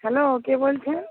hello কে বলছেন